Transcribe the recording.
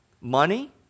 money